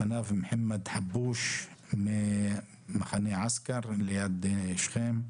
לפניו נהרג מוחמד חבוש ממחנה אסכאר ליד שכם.